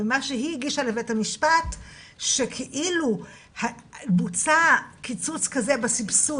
מה שהיא הגישה לבית המשפט שכאילו בוצע קיצוץ כזה בסבסוד